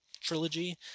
trilogy